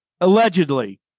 Allegedly